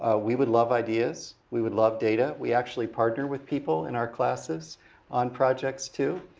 ah we would love ideas, we would love data, we actually partner with people in our classes on projects too.